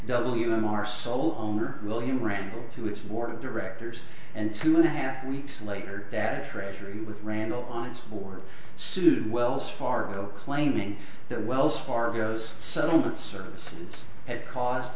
w m r sole owner william randall to its board of directors and two and a half weeks later that treasury with randall on its board sued wells fargo claiming that wells fargo's settlement services had caused